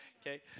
okay